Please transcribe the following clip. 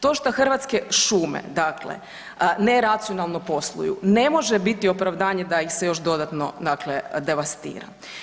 To šta Hrvatske šume dakle neracionalno posluju ne može biti opravdanje da ih se još dodatno dakle devastira.